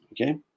okay